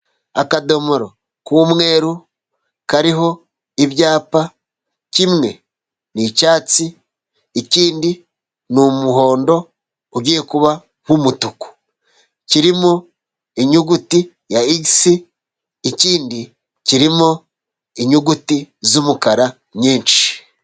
Akadomoro k'umweru kariho ibyapa, kimwe n'icyatsi ikindi n'umuhondo ugiye kuba nk'umutuku, kirimo inyuguti ya igisi ikindi kirimo inyuguti z'umukara nyinshi.